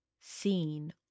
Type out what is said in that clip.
seen